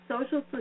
Social